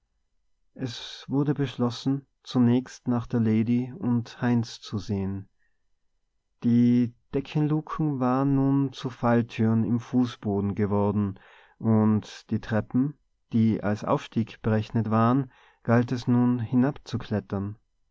es wurde beschlossen zunächst nach der lady und heinz zu sehen die deckenluken waren nun zu falltüren im fußboden geworden und die treppen die zu aufstieg berechnet waren galt es nun